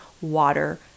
water